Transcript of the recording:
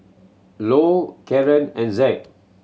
low Kieran and Zed